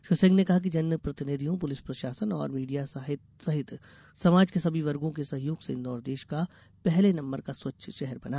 श्री सिंह ने कहा कि जन प्रतिनिधियों पुलिस प्रशासन और मीडिया सहित समाज के सभी वर्गो के सहयोग से इंदौर देश का पहले नम्बर का स्वच्छ शहर बना